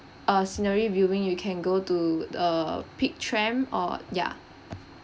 uh scenery viewing you can go to the peak tram uh ya